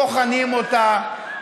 בוחנים אותה,